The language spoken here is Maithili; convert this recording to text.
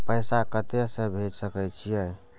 पैसा कते से भेज सके छिए?